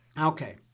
Okay